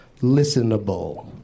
listenable